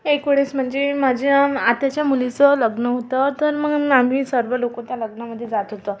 एक वेळेस म्हणजे माझ्या आत्याच्या मुलीचं लग्न होतं तर मग आम्ही सर्व लोकं त्या लग्नामध्ये जात होतो